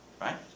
Right